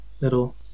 little